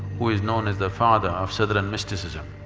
who is known as the father of southern mysticism.